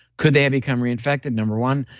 could they have become re-infected no. one.